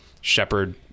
Shepard